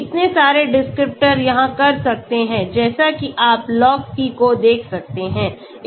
इतने सारे डिस्क्रिप्टर यह कर सकते हैं जैसा कि आप Log P को देख सकते हैं